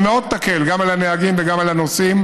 אשר מאוד תקל גם על הנהגים וגם על הנוסעים.